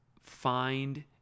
find